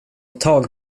tag